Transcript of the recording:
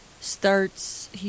starts